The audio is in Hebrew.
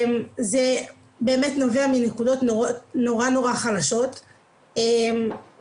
זה באמת נובע מנקודות נורא נורא חלשות וזה